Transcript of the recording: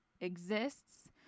exists